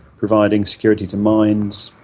providing security to mines,